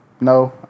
No